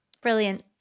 brilliant